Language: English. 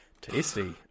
tasty